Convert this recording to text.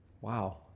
Wow